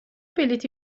بلیطی